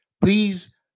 please